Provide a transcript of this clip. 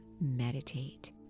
meditate